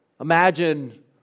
Imagine